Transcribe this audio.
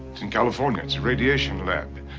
in california. it's a radiation lab.